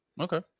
Okay